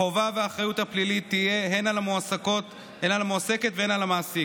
החובה והאחריות הפלילית יהיו הן על המועסקת והן על המעסיק,